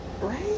Right